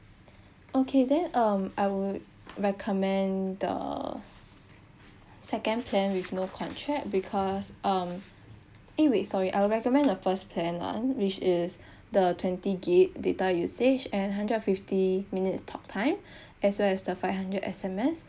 okay then um I would recommend the second plan with no contract because um eh wait sorry I will recommend the first plan one which is the twenty G_B data usage and hundred and fifty minutes talk time as well as the five hundred S_M_S